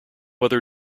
other